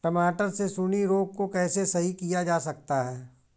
टमाटर से सुंडी रोग को कैसे सही किया जा सकता है?